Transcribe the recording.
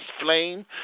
flame